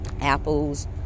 apples